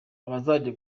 abazajya